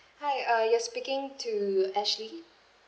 hi uh you're speaking to ashley